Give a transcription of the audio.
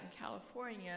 California